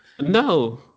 No